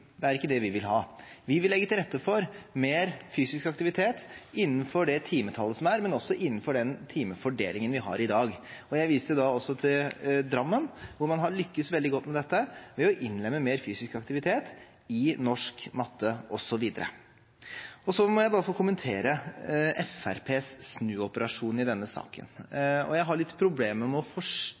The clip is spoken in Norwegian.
Det er ikke det vi vil ha. Vi vil legge til rette for mer fysisk aktivitet innenfor det timetallet som er, men også innenfor den timefordelingen vi har i dag. Jeg viste da også til Drammen, hvor man har lyktes veldig godt med dette ved å innlemme mer fysisk aktivitet i norsk, matte osv. Så må jeg bare få kommentere Fremskrittspartiets snuoperasjon i denne saken. Jeg har litt problemer med å